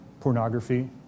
Pornography